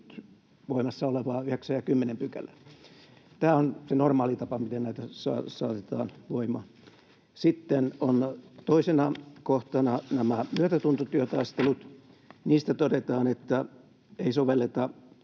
voimassa olevia, 9 ja 10 §:ää. Tämä on se normaali tapa, miten näitä saatetaan voimaan. Sitten on toisena kohtana nämä myötätuntotyötaistelut. Niistä todetaan, että ei sovelleta